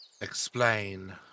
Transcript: explain